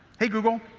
hey google.